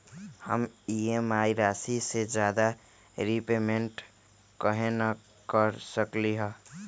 हम ई.एम.आई राशि से ज्यादा रीपेमेंट कहे न कर सकलि ह?